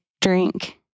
drink